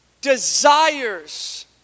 desires